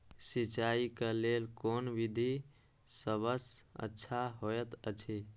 सिंचाई क लेल कोन विधि सबसँ अच्छा होयत अछि?